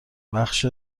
بخش